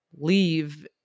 leave